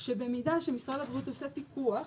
שבמידה שמשרד שהבריאות עושה פיקוח,